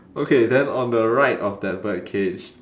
okay then on the right of that bird cage